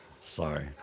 Sorry